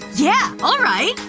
yeah, all right!